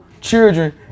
children